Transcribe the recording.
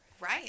right